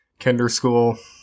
Kindergarten